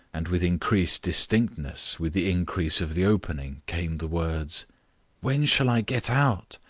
and with increased distinctness, with the increase of the opening came the words when shall i get out?